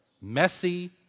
messy